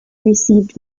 received